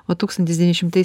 o tūkstantis devyni šimtai